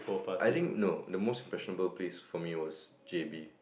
I think no the most impressionable place for me was J_B